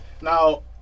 Now